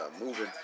moving